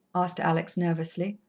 asked alex nervously.